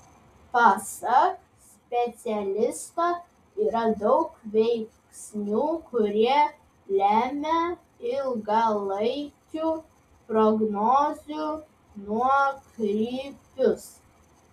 pasak specialisto yra daug veiksnių kurie lemia ilgalaikių prognozių nuokrypius